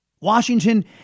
Washington